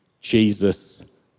Jesus